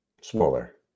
Smaller